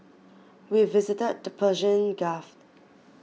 we visited the Persian Gulf